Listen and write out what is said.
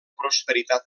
prosperitat